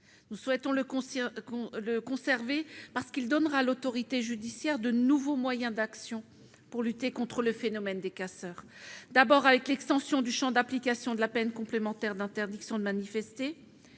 la proposition de loi, qui donnera à l'autorité judiciaire de nouveaux moyens d'action pour lutter contre le phénomène des « casseurs », d'abord avec l'extension du champ d'application de la peine complémentaire d'interdiction de manifester,